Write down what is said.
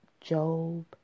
Job